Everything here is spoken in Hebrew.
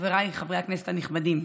חבריי חברי הכנסת הנכבדים,